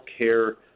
care